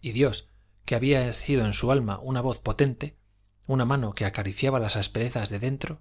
y dios había sido en su alma una voz potente una mano que acariciaba las asperezas de dentro